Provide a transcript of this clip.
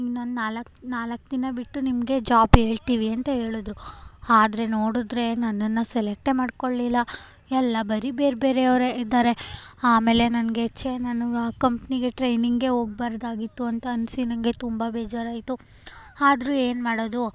ಇನ್ನೊಂದು ನಾಲ್ಕು ನಾಲ್ಕು ದಿನ ಬಿಟ್ಟು ನಿಮಗೆ ಜಾಬ್ ಹೇಳ್ತಿವಿ ಅಂತ ಹೇಳಿದ್ರು ಆದ್ರೆ ನೋಡಿದ್ರೆ ನನ್ನನ್ನು ಸೆಲೆಕ್ಟೇ ಮಾಡಿಕೊಳ್ಳಿಲ್ಲ ಎಲ್ಲ ಬರೀ ಬೇರೆ ಬೇರೆಯವ್ರೇ ಇದ್ದಾರೆ ಆಮೇಲೆ ನನಗೆ ಛೇ ನಾನು ಆ ಕಂಪ್ನಿಗೆ ಟ್ರೈನಿಂಗೆ ಹೋಗ್ಬಾರ್ದಾಗಿತ್ತು ಅಂತ ಅನ್ನಿಸಿ ನನಗೆ ತುಂಬ ಬೇಜಾರಾಯಿತು ಆದರೂ ಏನು ಮಾಡೋದು